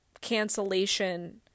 cancellation